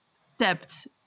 stepped